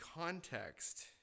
context